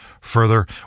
Further